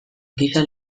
giza